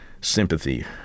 sympathy